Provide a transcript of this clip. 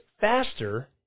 faster